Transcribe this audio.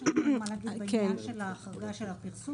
יש לנו מה להגיד בעניין של ההחרגה של הפרסום,